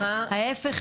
ההיפך,